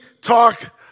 talk